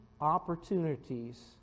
opportunities